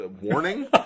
Warning